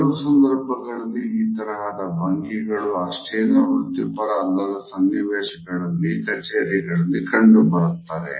ಕೆಲವು ಸಂದರ್ಭಗಳಲ್ಲಿ ಈ ತರಹದ ಭಂಗಿಗಳು ಅಷ್ಟೇನೂ ವೃತ್ತಿಪರ ಅಲ್ಲದ ಸನ್ನಿವೇಶಗಳಲ್ಲಿ ಕಚೇರಿಗಳಲ್ಲಿ ಕಂಡುಬರುತ್ತದೆ